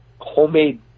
homemade